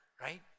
right